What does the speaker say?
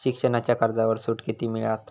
शिक्षणाच्या कर्जावर सूट किती मिळात?